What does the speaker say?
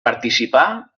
participà